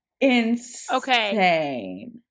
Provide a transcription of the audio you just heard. Insane